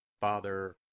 Father